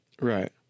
right